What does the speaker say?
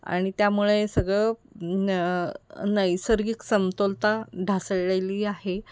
आणि त्यामुळे सगळं न नैसर्गिक समतोलता ढासळलेली आहे